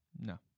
No